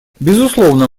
безусловно